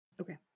Okay